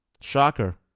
Shocker